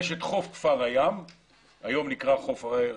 יש את חוף כפר הים כפי שהוא נקרא היום